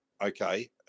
okay